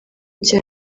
cya